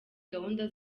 gahunda